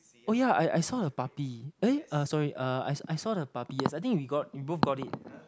oh yeah I I saw a puppy eh sorry uh I I saw the puppy yes I think we got we both got it